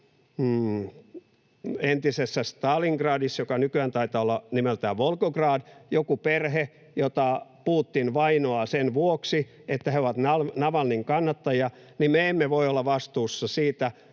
entisessä Stalingradissa — joka nykyään taitaa olla nimeltään Volgograd — joku perhe, jota Putin vainoaa sen vuoksi, että he ovat ne Navalnyin kannattajia, niin me olisimme vastuussa siitä,